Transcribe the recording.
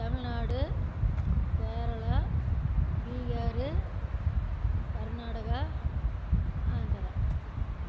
Tamil Nadu Kerala Bihar Karnataka Andhra